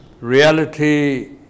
reality